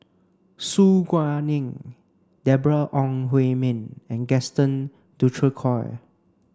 Su Guaning Deborah Ong Hui Min and Gaston Dutronquoy